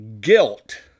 guilt